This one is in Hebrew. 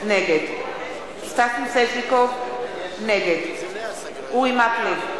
נגד סטס מיסז'ניקוב, נגד אורי מקלב,